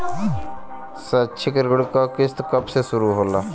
शैक्षिक ऋण क किस्त कब से शुरू होला?